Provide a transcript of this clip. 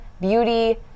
beauty